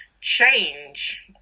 change